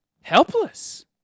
helpless